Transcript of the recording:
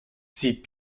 dit